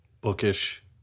Bookish